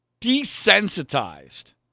desensitized